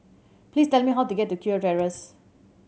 please tell me how to get to Kew Terrace